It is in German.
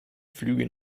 flüge